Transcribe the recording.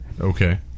Okay